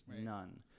none